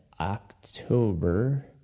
October